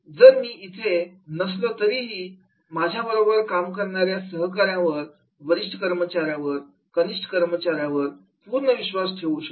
जर मी इथे नसलो तरीही मी माझ्या बरोबर काम करणाऱ्या सह कर्मचाऱ्यांवर वरिष्ठ कर्मचाऱ्यांवर आणि कनिष्ठ कर्मचाऱ्यांवर पूर्णपणे विश्वास ठेवू शकतो